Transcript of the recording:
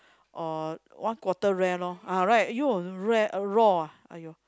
or one quarter rare loh ah right rare !aiyo! raw ah !aiyo!